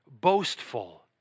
boastful